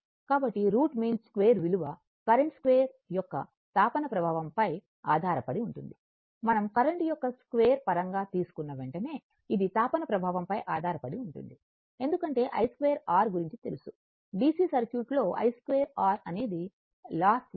కాబట్టి root mean square విలువ current square యొక్క తాపన ప్రభావంపై ఆధారపడి ఉంటుంది మనం కరెంట్ యొక్క2 పరంగా తీసుకున్న వెంటనే ఇది తాపన ప్రభావంపై ఆధారపడి ఉంటుంది ఎందుకంటే i2r గురించి తెలుసు DC సర్క్యూట్లో i2r అనేది లాస్ విలువ